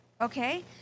okay